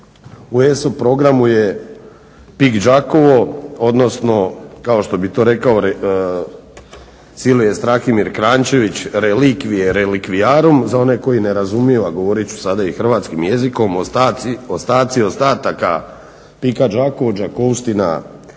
u ESO programu je PIK Đakovo, odnosno kao što bi to rekao Silvije Strahimir Kranjčević relikvije relikviarum, za one koji ne razumiju a govorit ću sada i hrvatskim jezikom ostaci ostataka PIK-a Đakovo, Đakovština